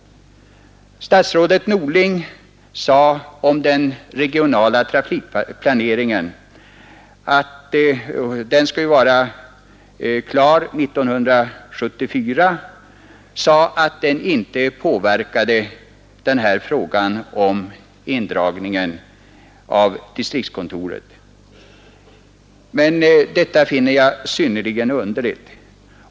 Statsrådet Norling sade om den regionala trafikplanering som skall vara slutförd 1974, att den inte påverkade frågan om indragningen av distriktskontoren. Detta finner jag synnerligen underligt.